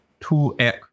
2X